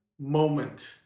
moment